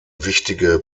wichtige